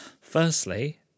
Firstly